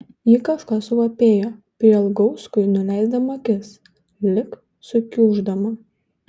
ji kažką suvapėjo prielgauskui nuleisdama akis lyg sukiuždama